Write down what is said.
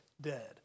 dead